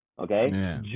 Okay